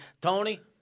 Tony